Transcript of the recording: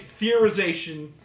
theorization